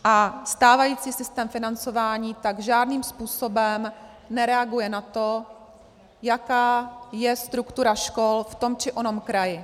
A stávající systém financování tak žádným způsobem nereaguje na to, jaká je struktura škol v tom či onom kraji.